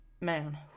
man